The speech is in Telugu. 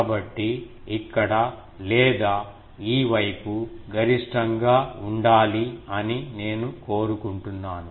కాబట్టి ఇక్కడ లేదా ఈ వైపు గరిష్టంగా ఉండాలి అని నేను కోరుకుంటున్నాను